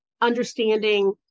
understanding